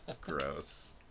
Gross